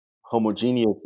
homogeneous